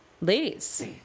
ladies